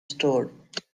stored